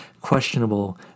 questionable